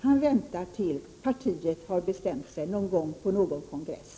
Han väntar tills partiet har bestämt sig någon gång på någon kongress.